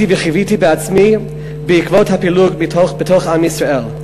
וחוויתי בעצמי בעקבות הפילוג בתוך עם ישראל.